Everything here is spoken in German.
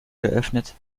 geöffnet